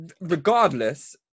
regardless